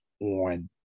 on